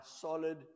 solid